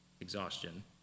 exhaustion